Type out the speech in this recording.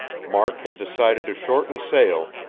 mark had decided to shorten sail,